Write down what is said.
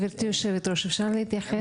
גבירתי היו"ר, אפשר להתייחס?